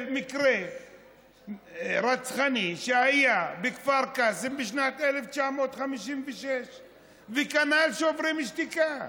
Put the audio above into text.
של מקרה רצחני שהיה בכפר קאסם בשנת 1956. וכנ"ל שוברים שתיקה: